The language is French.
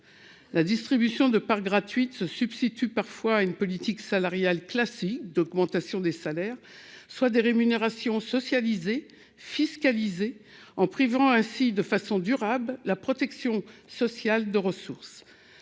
La distribution de parts gratuites se substitue parfois à une politique classique d'augmentation des salaires, c'est-à-dire de rémunérations socialisées et fiscalisées, en privant ainsi de façon durable la protection sociale de ressources.